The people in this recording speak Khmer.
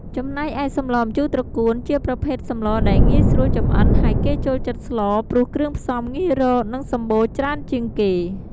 ចំំណែកឯសម្លម្ជូរត្រកួនជាប្រភេទសម្លដែលងាយស្រួលចម្អិនហើយគេចូលចិត្តស្លព្រោះគ្រឿងផ្សំងាយរកនិងសំបូរច្រើនជាងគេ។